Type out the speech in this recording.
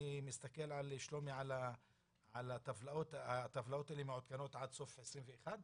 אני מסתכל על הטבלאות הן מעודכנות עד סוף 21?